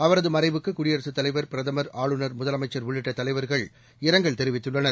அவரது மறைவுக்கு குடியரசுத் தலைவர் பிரதமர் ஆளுநர் முதலமைச்சர் உள்ளிட்ட தலைவர்கள் இரங்கல் தெரிவித்துள்ளனர்